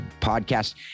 podcast